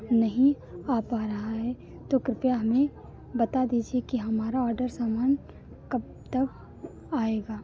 नहीं आ पा रहा है तो कृपया हमें बता दीजिए कि हमारा ओडर सामान कब तक आएगा